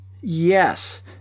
yes